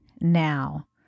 now